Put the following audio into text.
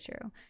true